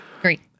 Great